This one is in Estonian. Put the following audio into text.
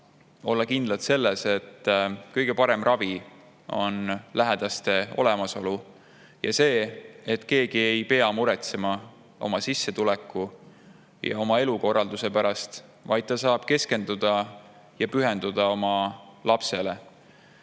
olla selles, et kõige parem ravi on lähedaste olemasolu, ja selles, et keegi ei pea muretsema oma sissetuleku ja oma elukorralduse pärast, vaid saab keskenduda ja pühenduda oma lapsele.